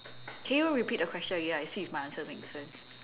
can you repeat the question again I see if my answer makes sense